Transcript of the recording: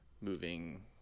moving